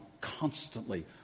constantly